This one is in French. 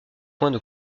points